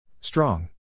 Strong